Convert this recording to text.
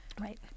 Right